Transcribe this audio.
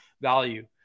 value